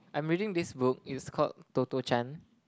I'm reading this book it's called Toto-Chan